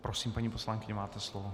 Prosím, paní poslankyně, máte slovo.